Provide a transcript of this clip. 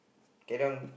okay don't